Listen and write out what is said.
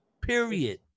Period